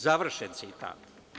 Završen citat.